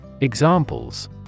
Examples